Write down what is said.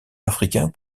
africain